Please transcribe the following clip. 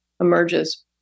emerges